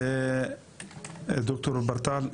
ד"ר ברטל.